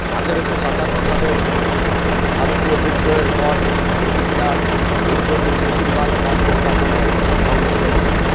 আঠারোশো সাতান্ন সালের ভারতীয় বিদ্রোহের পর ব্রিটিশরা দুর্গটির বেশিরভাগ মার্বেল কাঠামো ধ্বংস করে দেয়